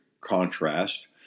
contrast